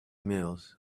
mills